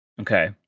Okay